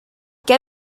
què